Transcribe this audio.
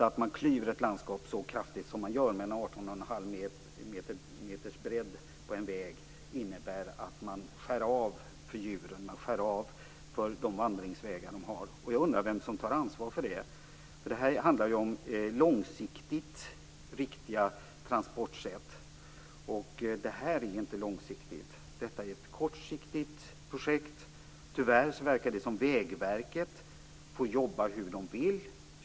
Att man klyver ett landskap så kraftigt som man gör med en väg som är 18 1⁄2 meter bred innebär att man skär av de vandringsvägar som djuren har. Jag undrar vem som tar ansvar för det. Detta är ett kortsiktigt projekt. Tyvärr verkar det som om man på Vägverket får jobba hur man vill.